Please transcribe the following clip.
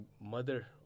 mother